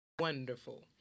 Wonderful